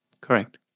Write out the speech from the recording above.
Correct